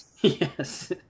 Yes